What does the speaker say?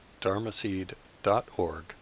dharmaseed.org